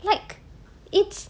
like it's